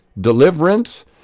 deliverance